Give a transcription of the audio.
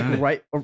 right